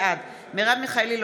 בעד מרב מיכאלי,